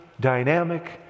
dynamic